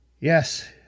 Yes